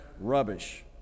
rubbish